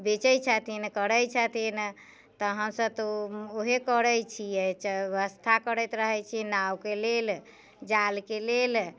बेचै छथिन करै छथिन तहनसँ तऽ ओ ओहे करै छियै च व्यवस्था करैत रहै छियै नावके लेल जालके लेल